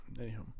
Anyhow